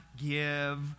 give